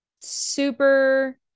Super